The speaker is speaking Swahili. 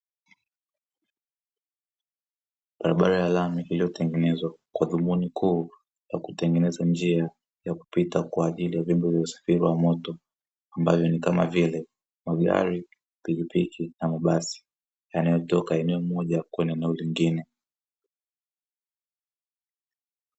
Barabara ya lami iliyo tengenezwa kwa dhumuni kuu lakutengeneza njia ya kupita kwaajili ya vyombo vya usafiri wa moto, ambavyo nikama vile; magari, pikipiki na mabasi yanayo toka eneo moja kwenda eneo lingine.